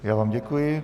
Já vám děkuji.